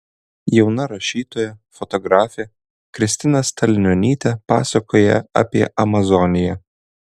jauna rašytoja fotografė kristina stalnionytė pasakoja apie amazoniją